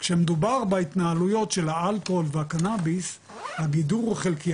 כשמדובר בהתנהלויות של האלכוהול והקנאביס הגידור הוא חלקי.